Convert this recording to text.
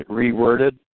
reworded